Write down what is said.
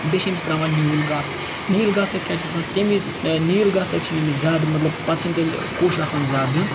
بیٚیہِ چھِ أمِس ترٛاوان نیوٗل گاسہٕ نیٖلۍ گاسہٕ سۭتۍ کیٛاہ چھِ گژھان تمہِ نیٖلۍ گاسہٕ سۭتۍ چھِنہٕ أمِس زیادٕ مطلب پَتہٕ چھِنہٕ تیٚلہِ کوٚش آسان زیادٕ دیُن